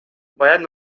باید